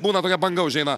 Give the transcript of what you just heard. būna tokia banga užeina